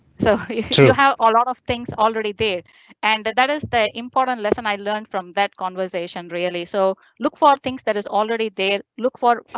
so if you have a lot of things already there and that that is the important lesson i learned from that conversation, really so look for things that is already there. look for,